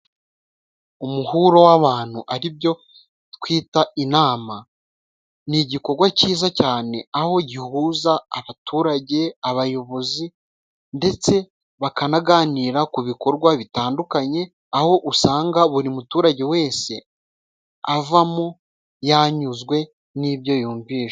Umuhuro w'abantu ari byo twita inama, ni igikogwa cyiza cyane aho gihuza abaturage abayobozi. Ndetse bakanaganira ku bikorwa bitandukanye, aho usanga buri muturage wese, avamo yanyuzwe n'ibyo yumvise.